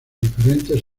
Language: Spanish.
diferentes